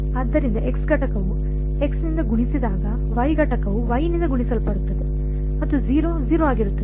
ಆದ್ದರಿಂದ ಘಟಕವು ನಿಂದ ಗುಣಿಸಿದಾಗ ಘಟಕವು ನಿಂದ ಗುಣಿಸಲ್ಪಡುತ್ತದೆ ಮತ್ತು 0 0 ಆಗಿರುತ್ತದೆ